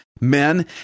men